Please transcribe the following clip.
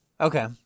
Okay